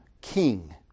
King